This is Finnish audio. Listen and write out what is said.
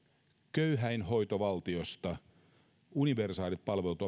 köyhäinhoitovaltiosta universaalit palvelut